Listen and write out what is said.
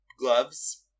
gloves